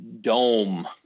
dome